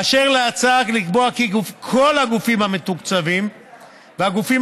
אשר להצעה לקבוע כי כל הגופים המתוקצבים והגופים